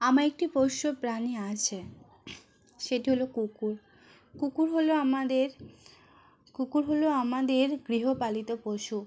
আমায় একটি পোষ্য প্রাণী আছে সেটি হলো কুকুর কুকুর হলো আমাদের কুকুর হলো আমাদের গৃহপালিত পশু